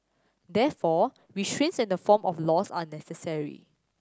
therefore restraints in the form of laws are necessary